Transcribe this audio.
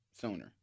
sooner